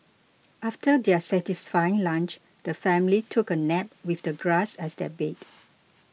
after their satisfying lunch the family took a nap with the grass as their bed